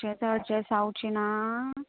कशेंच अरजंट जावचें ना